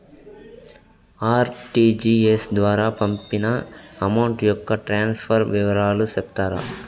RTGS ద్వారా పంపిన amount యొక్క ట్రాన్స్ఫర్ వివరాలు సెప్తారా